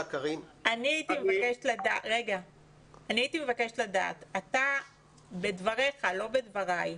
אני הייתי מבקשת לדעת, אתה בדבריך, לא בדבריי,